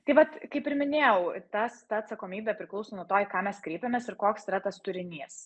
taip vat kaip ir minėjau tas ta atsakomybė priklauso nuo to į ką mes kreipiamės ir koks yra tas turinys